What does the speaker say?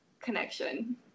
connection